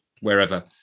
wherever